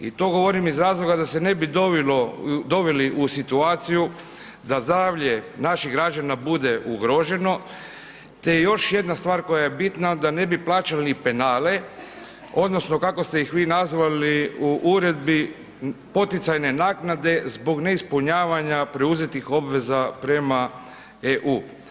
I to govorim iz razloga da se ne bi doveli u situaciju da zdravlje naših građana bude ugroženo te je još jedna stvar koja je bitna, da ne bi plaćali penale, odnosno kako ste ih vi nazvali u uredbi, poticajne naknade zbog neispunjavanja preuzetih obveza prema EU.